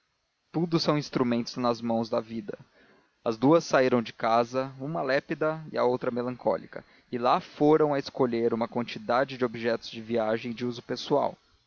tudo são instrumentos nas mãos da vida as duas saíram de casa uma lépida a outra melancólica e lá foram a escolher uma quantidade de objetos de viagem e de uso pessoal